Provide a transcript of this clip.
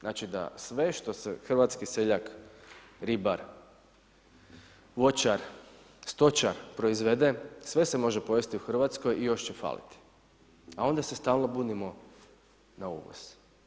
Znači da sve što hrvatski seljak, ribar, voćar, stočar proizvede sve se može pojesti u Hrvatskoj i još će faliti, a onda se stalno bunimo na uvoz.